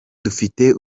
dufite